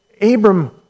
Abram